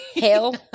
hell